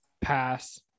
pass